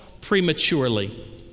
prematurely